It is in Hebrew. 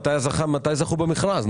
מתי הזכיין זכה במכרז.